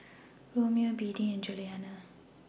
Romeo Beadie and Julianna